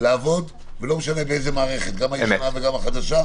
לעבוד, ולא משנה באיזו מערכת, גם הישנה וגם החדשה?